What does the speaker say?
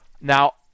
now